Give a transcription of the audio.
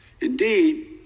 Indeed